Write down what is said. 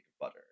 butter